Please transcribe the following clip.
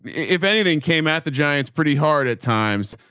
if anything came at the giants pretty hard at times,